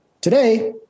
Today